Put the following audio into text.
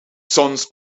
sons